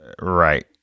right